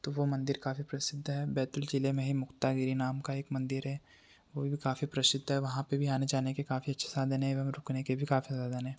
तो वो मंदिर काफ़ी प्रसिद्ध है बैतूल जिले में ही मुक्तागिरी नाम का एक मंदिर है वो भी काफ़ी प्रसिद्ध है वहाँ पे भी आने जाने के काफ़ी अच्छी साधन हैं एवं रुकने के भी काफ़ी साधन हैं